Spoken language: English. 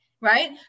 right